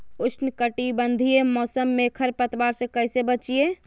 उष्णकटिबंधीय मौसम में खरपतवार से कैसे बचिये?